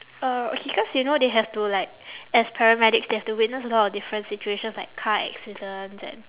uh okay cause you know they have to like as paramedics they have to witness a lot of different situations like car accidents and